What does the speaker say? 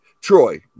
Troy